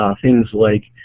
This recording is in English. ah things like